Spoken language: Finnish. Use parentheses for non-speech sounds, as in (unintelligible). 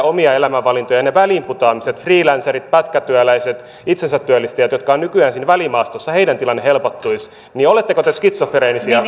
(unintelligible) omia elämänvalintoja jolloin niiden väliinputoajien freelancereiden pätkätyöläisten ja itsensä työllistäjien jotka ovat nykyään siinä välimaastossa tilanne helpottuisi niin oletteko te skitsofreenisia